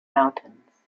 mountains